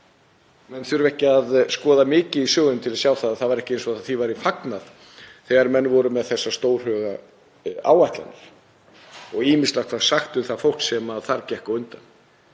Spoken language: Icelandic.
Menn þurfa ekki að skoða mikið í sögunni til að sjá að það var ekki eins og því væri fagnað þegar menn voru með þessar stórhuga áætlanir og ýmislegt var sagt um það fólk sem þar gekk á undan.